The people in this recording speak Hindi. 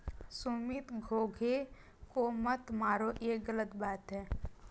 सुमित घोंघे को मत मारो, ये गलत बात है